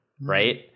right